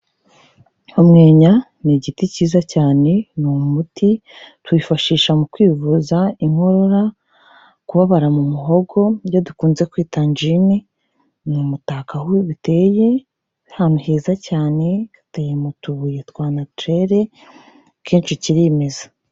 Umwenya ni igiti cyiza cyane, ni umuti, tuwifashisha mu kwivuza inkorora, kubabara mu muhogo ibyo dukunze kwita anjine, ni umutako aho biteye ahantu heza cyane, giteye mu tubuye twa natirere, kenshi kirimeza.